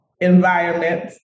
environment